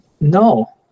no